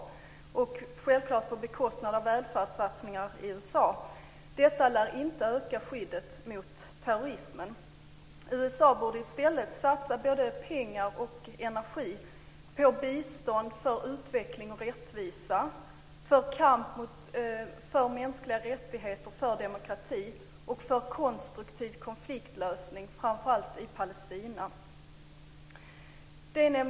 Det sker självklart på bekostnad av välfärdssatsningar. Detta lär inte öka skyddet mot terrorismen. USA borde i stället satsa både pengar och energi på bistånd för utveckling och rättvisa, på kamp för mänskliga rättigheter och demokrati och på konstruktiv konfliktlösning framför allt i Palestina.